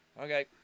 Okay